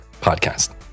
podcast